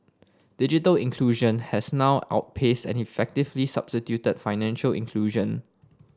digital inclusion has now outpaced and effectively substituted financial inclusion